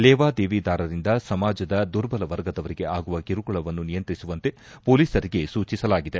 ಲೇವಾದೇವಿದಾರರಿಂದ ಸಮಾಜದ ದುರ್ಬಲ ವರ್ಗದವರಿಗೆ ಆಗುವ ಕಿರುಕುಳವನ್ನು ನಿಯಂತ್ರಿಸುವಂತೆ ಪೊಲೀಸರಿಗೆ ಸೂಚಿಸಲಾಗಿದೆ